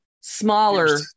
smaller